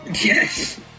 Yes